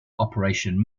operation